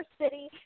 city